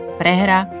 prehra